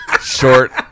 Short